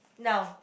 now